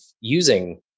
using